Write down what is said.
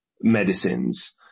medicines